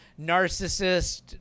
narcissist